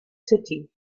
city